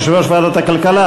יושב-ראש ועדת הכלכלה,